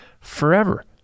forever